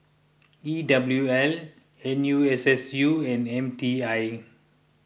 E W L N U S S U and M T I